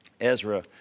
Ezra